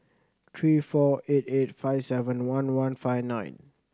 three four eight eight five seven one one five nine